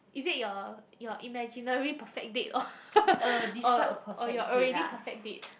is it your your imaginary perfect date or or your already perfect date